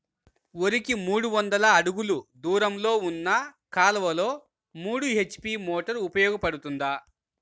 వరికి మూడు వందల అడుగులు దూరంలో ఉన్న కాలువలో మూడు హెచ్.పీ మోటార్ ఉపయోగపడుతుందా?